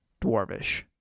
Dwarvish